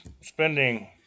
spending